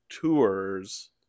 tours